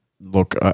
look